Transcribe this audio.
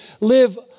live